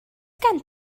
gen